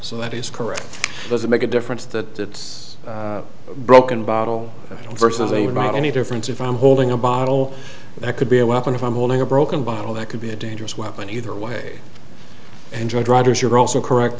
so that is correct does it make a difference that it's broken bottle versus a right any difference if i'm holding a bottle that could be a weapon if i'm holding a broken bottle that could be a dangerous weapon either way